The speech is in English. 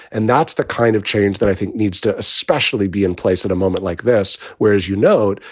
and that's the kind of change that i think needs to especially be in place at a moment like this, whereas, you know,